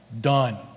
done